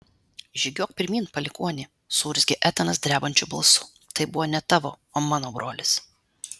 žygiuok pirmyn palikuoni suurzgė etanas drebančiu balsu tai buvo ne tavo o mano brolis